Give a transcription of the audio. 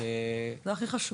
-- זה הכי חשוב.